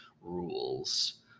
rules